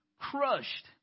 crushed